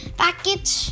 package